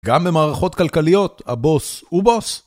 גם במערכות כלכליות, הבוס הוא בוס.